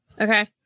Okay